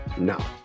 now